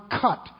cut